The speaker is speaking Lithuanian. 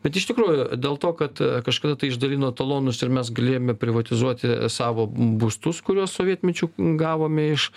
bet iš tikrųjų dėl to kad kažkada tai išdalino talonus ir mes galėjome privatizuoti savo būstus kuriuos sovietmečiu gavome iš